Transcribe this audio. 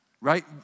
right